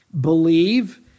believe